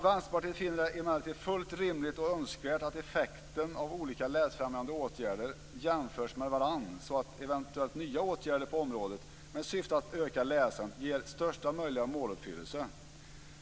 Vänsterpartiet finner det emellertid fullt rimligt och önskvärt att effekten av olika läsfrämjande åtgärder jämförs med varandra så att eventuellt nya åtgärder på området med syfte att öka läsandet ger största möjliga måluppfyllelse.